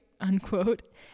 unquote